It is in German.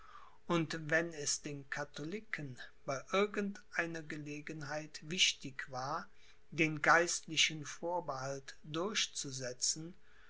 und wenn es den katholiken bei irgend einer gelegenheit wichtig war den geistlichen vorbehalt durchzusetzen